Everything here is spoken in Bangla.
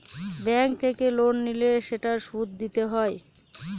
ব্যাঙ্ক থেকে লোন নিলে সেটার সুদ দিতে হয়